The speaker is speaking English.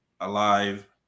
alive